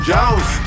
Jones